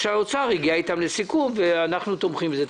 משרד האוצר הגיע איתם לסיכום ואנחנו תומכים בזה.